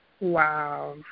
Wow